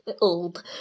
old